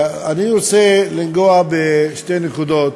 אני רוצה לנגוע בשתי נקודות.